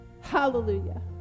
hallelujah